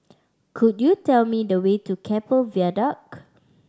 could you tell me the way to Keppel Viaduct